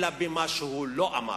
אלא גם במה שהוא לא אמר.